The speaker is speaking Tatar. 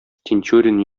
тинчурин